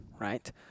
right